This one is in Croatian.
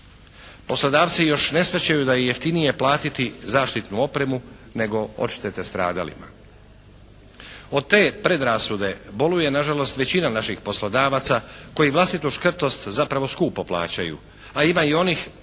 Poslodavci još ne shvaćaju da je jeftinije platiti zaštitnu opremu, nego odštete stradalima. Od te predrasude boluje na žalost većina naših poslodavaca koji vlastitu škrtost zapravo skupo plaćaju, a ima i onih